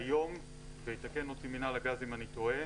כיום ויתקן אותי מינהל הגז אם אני טועה